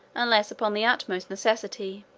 unless upon the utmost necessity.